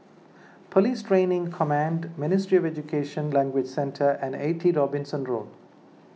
Police Training Command Ministry of Education Language Centre and eighty Robinson Road